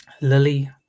Lily